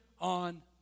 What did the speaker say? on